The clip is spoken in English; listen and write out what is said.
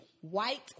white